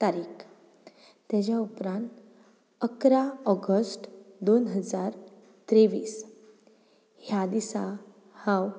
तारीख तेज्या उपरांत इकरा ऑगस्ट दोन हजार तेव्वीस ह्या दिसा हांव